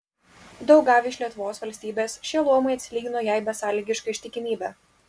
daug gavę iš lietuvos valstybės šie luomai atsilygino jai besąlygiška ištikimybe